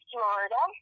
Florida